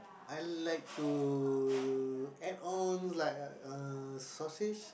I like to add on like a uh sausage